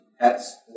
pets